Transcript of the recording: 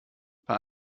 bei